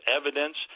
evidence